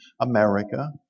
America